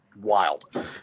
wild